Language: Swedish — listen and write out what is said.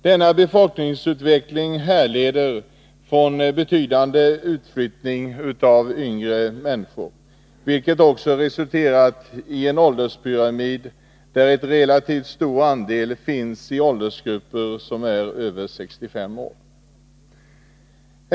Denna befolkningsutveckling härleder sig från betydande utflyttning av yngre människor, vilket resulterat i en ålderspyramid med relativt stor andel i åldersgruppen över 65 år.